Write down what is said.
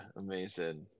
amazing